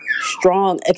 strong